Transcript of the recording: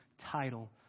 title